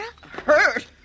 Hurt